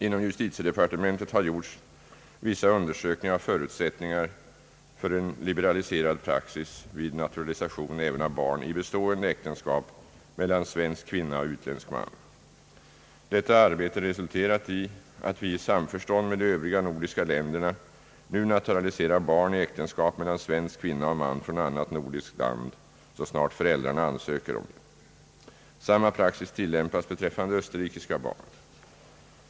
Inom justitiedepartementet har gjorts vissa undersökningar av förutsättningarna för en liberaliserad praxis vid naturalisation även av barn i bestående äktenskap mellan svensk kvinna och utländsk man. Detta arbete har resulterat i att vi i samförstånd med de övriga nordiska länderna nu naturaliserar barn i äktenskap mellan svensk kvinna och man från annat nordiskt land, så snart föräldrarna ansöker därom. Samma praxis tillämpas beträffande österrikiska barn.